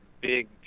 big